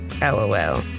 LOL